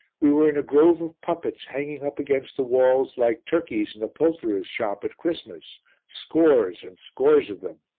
we were in a grove of puppets hanging up against the walls like turkeys in a poulterer's shop at christmas scores and scores of them.